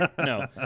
no